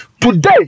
Today